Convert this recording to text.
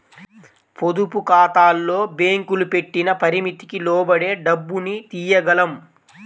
పొదుపుఖాతాల్లో బ్యేంకులు పెట్టిన పరిమితికి లోబడే డబ్బుని తియ్యగలం